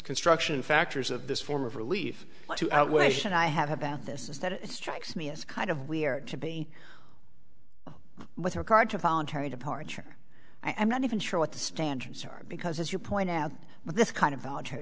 construction factors of this form of relief to outweigh should i have about this is that it strikes me as kind of weird to be with regard to voluntary departure i'm not even sure what the standards are because as you point out with this kind of volunt